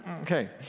Okay